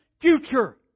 future